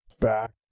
back